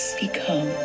become